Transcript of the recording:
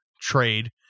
trade